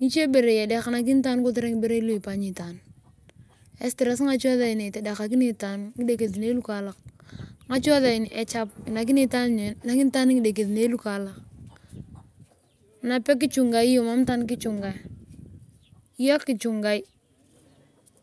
ngiche berei edekanakini itaan kotere ngiberei lufanyi itaan estress ngache saini itedekakini itaan. ngache sain echap einakini itaan ngidekesinei lukaalak nape kichingai bon.